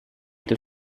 itu